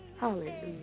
Hallelujah